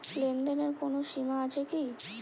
লেনদেনের কোনো সীমা আছে কি?